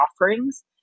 offerings